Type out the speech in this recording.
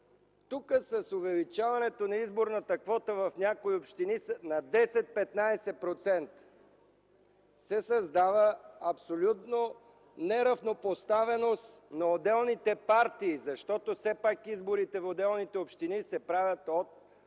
Тук с увеличаването на изборната квота в някои общини на 10-15% се създава абсолютна неравнопоставеност на отделните партии, защото все пак изборите в отделните общини се правят от